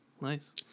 nice